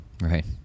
Right